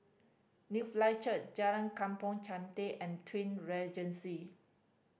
Newlife Church Jalan Kampong Chantek and Twin Regency